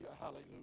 hallelujah